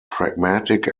pragmatic